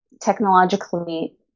technologically